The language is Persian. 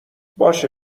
باشه